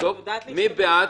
לאשר את